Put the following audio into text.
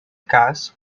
cas